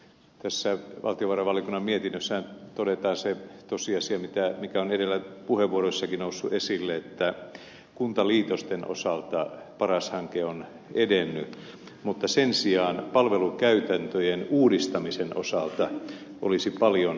tässä valtiovarainvaliokunnan mietinnössä todetaan se tosiasia mikä on edellä puheenvuoroissakin noussut esille että kuntaliitosten osalta paras hanke on edennyt mutta sen sijaan palvelukäytäntöjen uudistamisen osalta olisi paljon toivottavaa